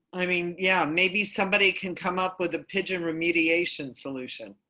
i mean, yeah, maybe somebody can come up with a pigeon remediation solution.